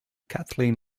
kathleen